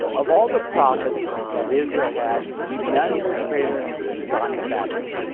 of all the prophets that israel had, none was greater than john the baptist.